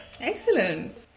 Excellent